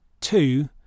Two